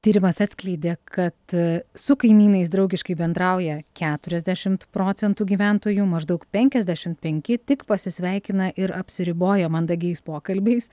tyrimas atskleidė kad su kaimynais draugiškai bendrauja keturiasdešimt procentų gyventojų maždaug penkiasdešimt penki tik pasisveikina ir apsiriboja mandagiais pokalbiais